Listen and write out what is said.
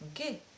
Okay